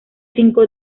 cinco